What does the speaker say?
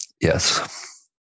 Yes